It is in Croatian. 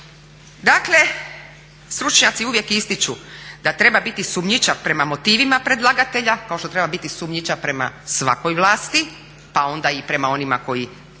Dakle stručnjaci uvijek ističu da treba biti sumnjičav prema motivima predlagatelja kao što treba biti sumnjičav prema svakoj vlasti pa onda i prema onima koji